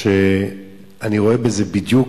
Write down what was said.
אני רואה בזה בדיוק,